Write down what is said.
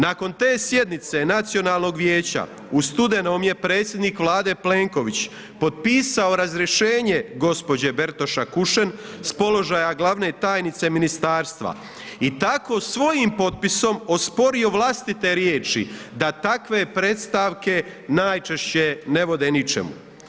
Nakon te sjednice Nacionalnog vijeća u studenom je predsjednik Vlade Plenković potpisao razrješenje gđe. Bertoša Kušen s položaja glavne tajnice ministarstva i tako svojim potpisom osporio vlastite riječi da takve predstavke najčešće ne vode ničemu.